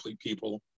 people